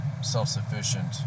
self-sufficient